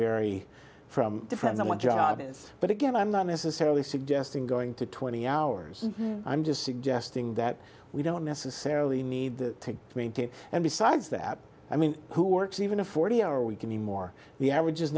vary from different someone's job but again i'm not necessarily suggesting going to twenty hours i'm just suggesting that we don't necessarily need to maintain and besides that i mean who works even a forty hour we can be more the average is